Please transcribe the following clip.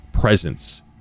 presence